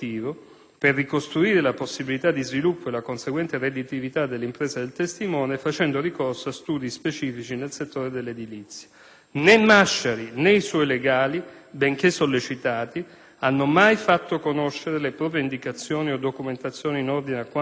per ricostruire le possibilità di sviluppo e la conseguente redditività dell'impresa del testimone, facendo ricorso a studi specifici nel settore dell'edilizia. Né Masciari, né i suoi legali, benché sollecitati, hanno mai fatto conoscere le proprie indicazioni o documentazioni in ordine a quanto